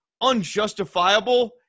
unjustifiable